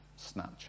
Snapchat